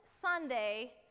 Sunday